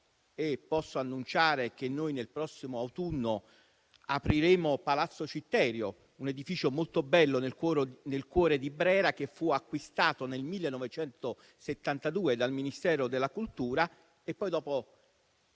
posso annunciare che nel prossimo autunno apriremo palazzo Citterio, un edificio molto bello nel cuore di Brera, che fu acquistato nel 1972 dal Ministero della cultura e poi dopo,